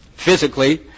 Physically